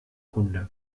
hunde